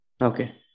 okay